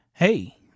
Hey